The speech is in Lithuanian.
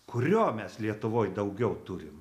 kurio mes lietuvoj daugiau turim